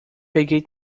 peguei